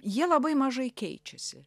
jie labai mažai keičiasi